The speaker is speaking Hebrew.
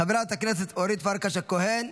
חברת הכנסת אורית פרקש הכהן,